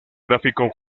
gráfico